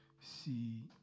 see